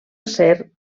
acer